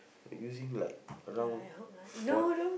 using like around for~